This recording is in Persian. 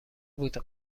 بود